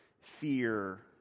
fear